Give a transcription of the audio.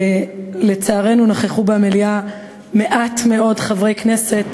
לצערנו נכחו במליאה מעט מאוד חברי כנסת